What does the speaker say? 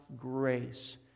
grace